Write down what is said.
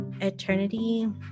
Eternity